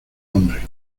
nombre